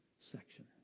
section